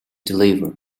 deliver